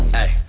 Hey